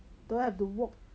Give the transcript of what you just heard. don't have to work